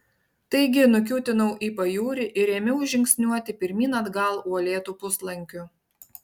taigi nukiūtinau į pajūrį ir ėmiau žingsniuoti pirmyn atgal uolėtu puslankiu